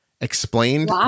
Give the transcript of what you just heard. explained